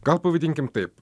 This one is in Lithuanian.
gal pavadinkim taip